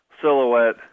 Silhouette